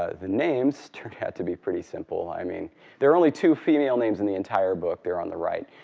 ah the names turned out to be pretty simple. i mean there are only two female names in the entire book. they're on the right.